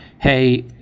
Hey